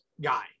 guy